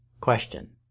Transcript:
Question